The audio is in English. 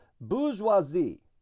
Bourgeoisie